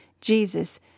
Jesus